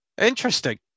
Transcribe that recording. Interesting